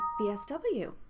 BSW